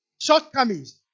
shortcomings